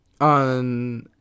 on